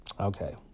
okay